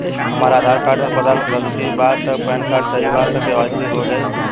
हमरा आधार कार्ड मे पता गलती बा त पैन कार्ड सही बा त के.वाइ.सी हो जायी?